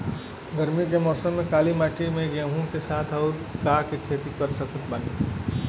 गरमी के मौसम में काली माटी में गेहूँ के साथ और का के खेती कर सकत बानी?